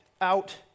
out